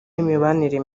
n’imibanire